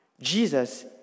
Jesus